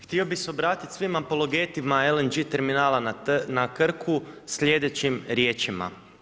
Htio bih se obratiti svim ampologetima LNG terminala na Krku slijedećim riječima.